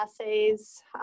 assays